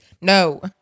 No